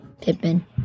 Pippin